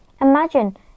Imagine